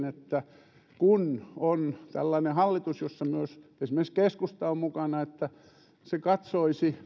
että kun on tällainen hallitus jossa myös esimerkiksi keskusta on mukana niin valiokunta voisi